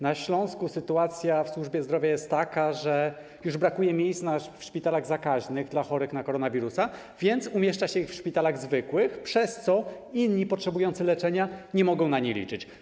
Na Śląsku sytuacja w służbie zdrowia jest taka, że już brakuje miejsc w szpitalach zakaźnych dla chorych na koronawirusa, więc umieszcza się ich w zwykłych szpitalach, w wyniku czego inni potrzebujący leczenia nie mogą na nie liczyć.